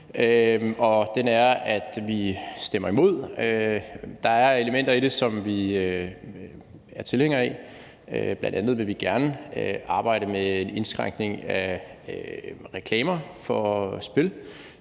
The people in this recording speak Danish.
den er, at vi stemmer imod. Der er elementer i det, som vi er tilhængere af. Bl.a. vil vi gerne arbejde med en indskrænkning af reklamer for spil,